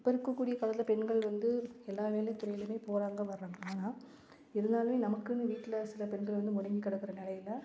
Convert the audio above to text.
இப்போ இருக்கக்கூடிய காலத்தில் பெண்கள் வந்து எல்லா வேலை துறையிலேயுமே போகிறாங்க வராங்க ஆனால் இருந்தாலுமே நமக்குன்னு வீட்டில் சில பெண்கள் வந்து முடங்கி கிடக்குற நிலையில